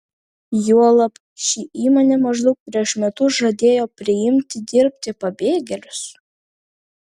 juolab ši įmonė maždaug prieš metus žadėjo priimti dirbti pabėgėlius